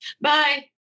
Bye